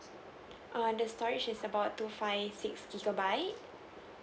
err the storage is about two five six gigabyte